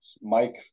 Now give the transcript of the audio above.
Mike